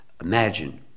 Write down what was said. imagine